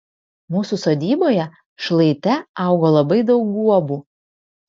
mūsų sodyboje šlaite augo labai daug guobų